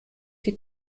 die